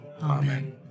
Amen